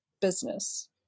business